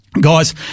guys